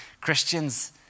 Christians